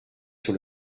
sur